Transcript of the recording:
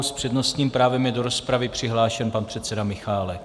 S přednostním právem je do rozpravy přihlášen pan předseda Michálek.